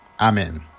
amen